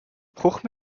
bruch